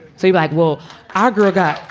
sebag will aggregate